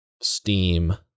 Steam